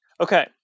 Okay